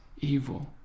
evil